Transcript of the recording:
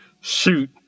Shoot